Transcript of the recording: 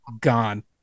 gone